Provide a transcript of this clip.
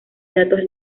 datos